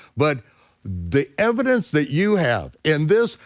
but the evidence that you have in this,